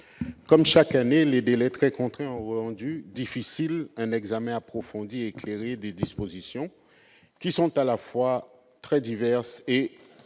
Comme chaque année, les délais très contraints ont rendu difficile un examen approfondi et éclairé de dispositions qui sont à la fois très diverses et